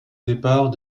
départ